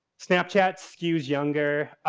snapchat skews younger,